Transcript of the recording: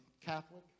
Catholic